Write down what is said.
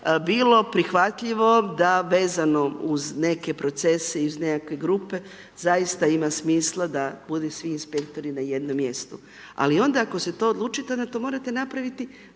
bilo prihvatljivo da vezano uz neke procese iz nekakve grupe zaista ima smisla da budu svi inspektori na jednom mjestu. Ali, onda ako se to odlučite, onda to morate napraviti